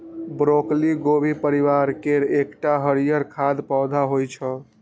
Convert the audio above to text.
broccoli गोभी परिवार केर एकटा हरियर खाद्य पौधा होइ छै